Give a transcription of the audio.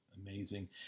Amazing